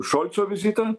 šolco vizitą